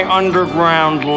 underground